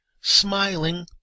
smiling